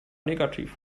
negativ